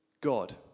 God